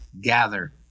gather